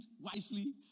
wisely